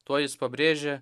tuo jis pabrėžia